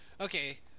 Okay